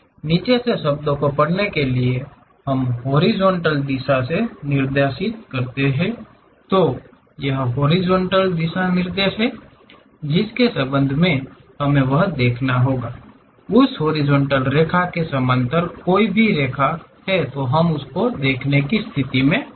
नीचे से शब्दो को पढ़ने के लिए हम हॉरिजॉन्टल दिशा से दिशानिर्देश करते हैं तो यह हॉरिजॉन्टल दिशानिर्देश हैं जिसके संबंध में हमें वह देखना होगा उस हॉरिजॉन्टल रेखा के समानांतर कोई भी रेखातो हम उसे देखने की स्थिति में होंगे